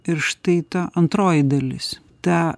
ir štai ta antroji dalis ta